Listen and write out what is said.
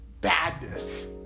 badness